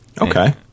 Okay